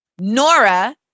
Nora